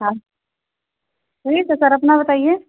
हाँ ठीक है सर अपना बताइए